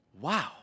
Wow